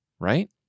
right